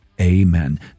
amen